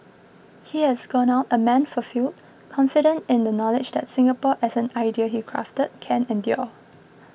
he has gone out a man fulfilled confident in the knowledge that Singapore as an idea he crafted can endure